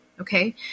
okay